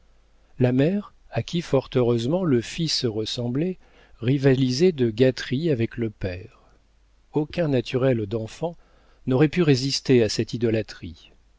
la mère à qui fort heureusement le fils ressemblait rivalisait de gâteries avec le père aucun naturel d'enfant n'aurait pu résister à cette idolâtrie